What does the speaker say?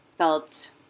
felt